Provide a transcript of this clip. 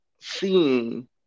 seeing